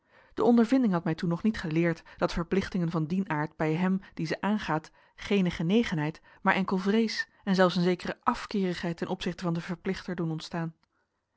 de ondervinding had mij toen nog niet geleerd dat verplichtingen van dien aard bij hem die ze aangaat geene genegenheid maar enkel vrees en zelfs een zekere afkeerigheid ten opzichte van den verplichter doen ontstaan